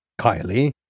Kylie